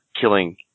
killing